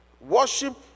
worship